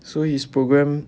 so his program